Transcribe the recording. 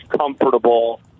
comfortable